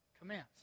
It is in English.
commands